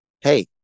hey